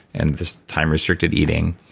and this time restricted eating